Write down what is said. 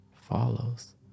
follows